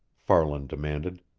farland demanded.